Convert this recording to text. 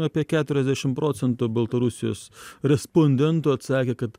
apie keturiasdešim procentų baltarusijos respondentų atsakė kad